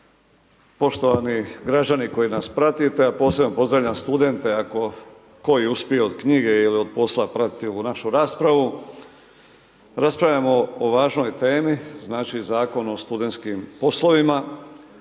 poštovani građani koji nas pratite a posebno pozdravljam studente ako koji uspije od knjige ili od posla pratiti ovu našu raspravu. Raspravljamo o važnoj temi, znači Zakon o studentskim poslovima.